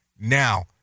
now